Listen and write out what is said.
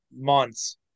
months